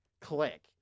click